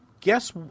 Guess